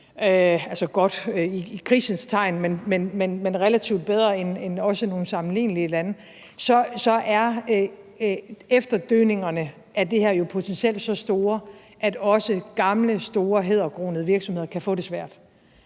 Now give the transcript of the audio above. altså godt i krisens tegn, men relativt bedre end nogle sammenlignelige lande – så er efterdønningerne af det her jo potentielt så store, at også gamle, store hæderkronede virksomheder kan få det svært.